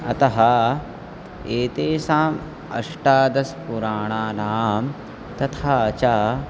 अतः एतेषाम् अष्टादशपुराणानां तथा च